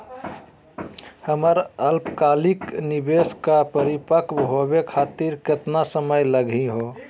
हमर अल्पकालिक निवेस क परिपक्व होवे खातिर केतना समय लगही हो?